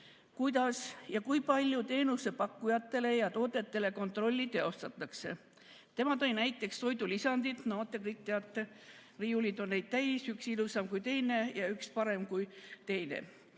kuidas ja kui palju teenusepakkujate ja toodete kontrolli teostatakse. Tema tõi näiteks toidulisandid. No te kõik teate, riiulid on neid täis, üks ilusam kui teine ja üks parem kui teine